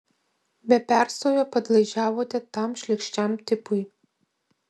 be perstojo padlaižiavote tam šlykščiam tipui